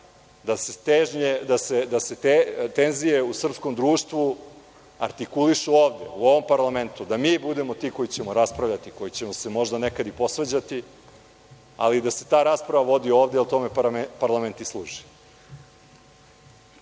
da se tenzije u srpskom društvu artikulišu u ovom parlamentu, da mi budemo ti koji ćemo raspravljati, koji ćemo se možda nekad i posvađati, ali da se ta rasprava vodi ovde, tome parlament i služi. Svoj